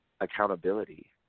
accountability